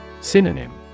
Synonym